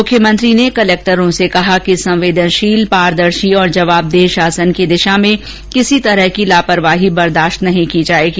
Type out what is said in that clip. मुख्यमंत्री ने कलेक्टरों से कहा कि संवेदनशील पारदर्शी और जवाबदेह शासन की दिशा में किसी तरह की लापरवाही बर्दाश्त नहीं होगी